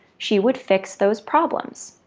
she would fix those problems.